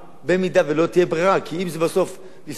אם לא תהיה ברירה.